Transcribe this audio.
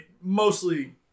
mostly